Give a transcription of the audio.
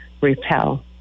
repel